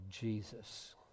Jesus